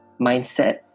mindset